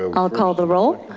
ah i'll call the roll.